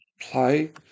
play